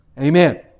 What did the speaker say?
Amen